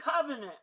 covenant